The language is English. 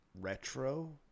retro